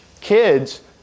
kids